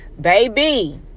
Baby